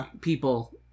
people